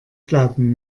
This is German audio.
glauben